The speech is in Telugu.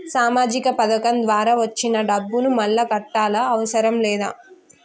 సామాజిక పథకం ద్వారా వచ్చిన డబ్బును మళ్ళా కట్టాలా అవసరం లేదా?